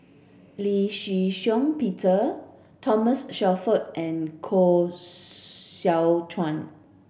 Lee Shih Shiong Peter Thomas Shelford and Koh Seow Chuan